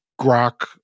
grok